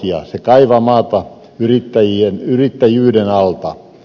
se kaivaa maata yrittäjyyden alta